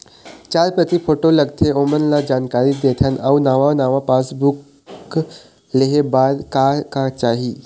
चार प्रति फोटो लगथे ओमन ला जानकारी देथन अऊ नावा पासबुक लेहे बार का का चाही?